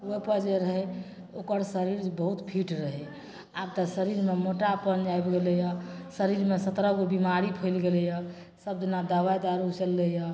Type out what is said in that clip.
जे रहै ओकर शरीर बहुत फिट रहै आब तऽ शरीरमे मोटापन आबि गेलैया शरीरमे सत्रह गो बिमारी फैल गेलैया सब दिना दबाइ दारु चललैया